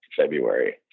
February